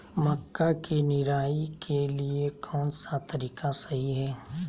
मक्का के निराई के लिए कौन सा तरीका सही है?